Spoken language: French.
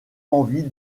envie